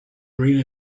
green